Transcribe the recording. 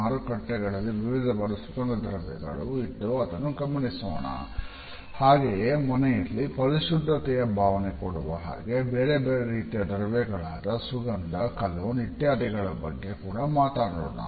ಮಾರುಕಟ್ಟೆಗಳಲ್ಲಿ ವಿವಿಧವಾದ ಸುಗಂಧ ದ್ರವ್ಯಗಳು ಇದ್ದು ಅದನ್ನು ಗಮನಿಸೋಣ ಹಾಗೆಯೇ ಮನೆಯಲ್ಲಿ ಪರಿಶುದ್ಧತೆಯ ಭಾವನೆ ಕೊಡುವ ಹಾಗು ಬೇರೆ ಬೇರೆ ರೀತಿಯ ದ್ರವ್ಯಗಳಾದ ಸುಗಂಧ ಕಲೋನ್ ಇತ್ಯಾದಿಗಳ ಬಗ್ಗೆ ಕೂಡ ಮಾತಾಡೋಣ